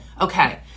Okay